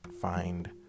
find